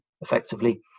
effectively